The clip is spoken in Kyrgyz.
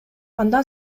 андан